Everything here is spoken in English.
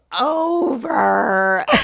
over